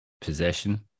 Possession